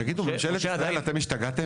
תגיעו, ממשלת ישראל אתם השתגעתם?